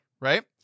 right